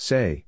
Say